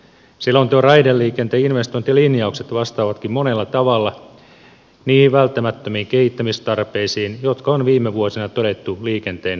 selonteon raideliikenteen investointilinjaukset vastaavatkin monella tavalla niihin välttämättömiin kehittämistarpeisiin jotka on viime vuosina todettu liikenteen pullonkauloiksi